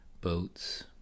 boats